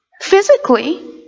physically